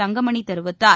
தங்கமணி தெரிவித்தார்